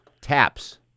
Taps